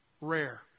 rare